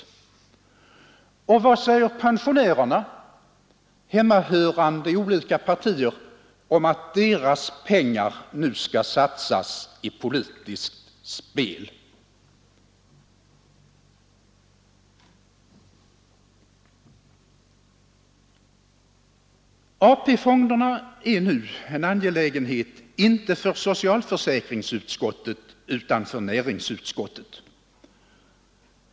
Och vad säger pensionärerna, hemmahörande i olika partier, om att deras pengar nu skall satsas i politiskt spel? AP-fonderna är nu en angelägenhet inte för socialförsäkringsutskottet utan för näringsutskottet.